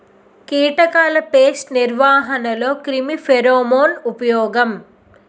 కీటకాల పేస్ట్ నిర్వహణలో క్రిమి ఫెరోమోన్ ఉపయోగం